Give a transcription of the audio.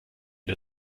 der